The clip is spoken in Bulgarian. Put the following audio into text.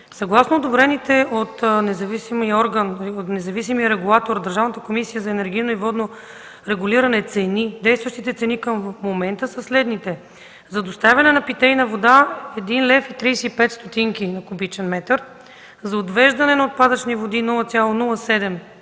Съгласно одобрените от независимия регулатор – Държавната комисия за енергийно и водно регулиране, цени, действащите цени към момента са следните: за доставяне на питейна вода – 1,35 лв. на кубичен метър; за отвеждане на отпадъчни води – 0,07 лв.